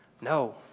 No